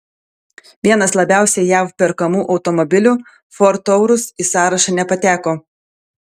vienas labiausiai jav perkamų automobilių ford taurus į sąrašą nepateko